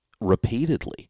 repeatedly